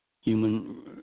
human